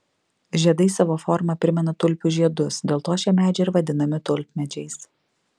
žiedai savo forma primena tulpių žiedus dėl to šie medžiai ir vadinami tulpmedžiais